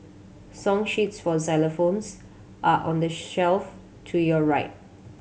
song sheets for xylophones are on the shelf to your right